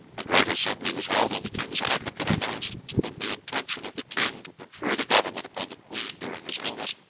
a great assembly was held, and the king's advocate announced to them the intention of the king to confer the government upon the queen during his illness,